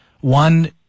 One